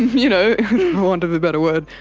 you know want of a better word,